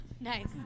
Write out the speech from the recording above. Nice